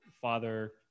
Father